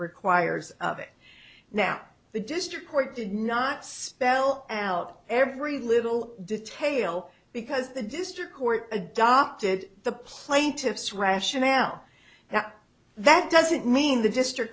requires of it now the district court did not spell out every little detail because the district court adopted the plaintiff's rationale that that doesn't mean the district